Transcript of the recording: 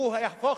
הוא יהפוך